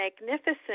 magnificent